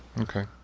Okay